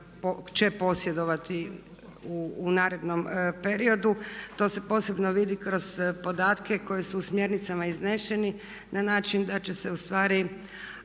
će posjedovati u narednom periodu to se posebno vidi kroz podatke koji su u smjernicama izneseni na način da će se u stvari